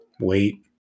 wait